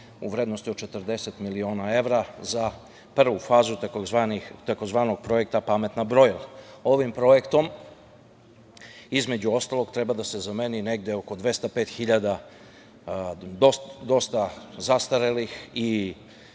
u vrednosti od 40 miliona evra za prvu fazu takozvanog projekta „Pametna brojila“. Ovim projektom, između ostalog, treba da se zameni negde oko 205 hiljada dosta zastarelih i